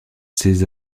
ses